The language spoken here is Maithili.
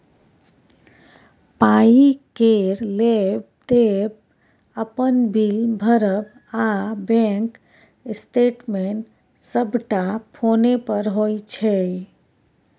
पाइ केर लेब देब, अपन बिल भरब आ बैंक स्टेटमेंट सबटा फोने पर होइ छै